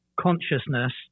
consciousness